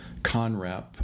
Conrep